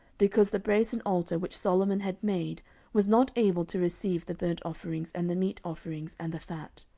because the brasen altar which solomon had made was not able to receive the burnt offerings, and the meat offerings, and the fat.